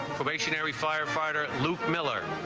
firefighter lucas miller,